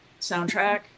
soundtrack